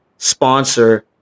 Sponsor